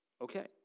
Okay